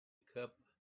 cup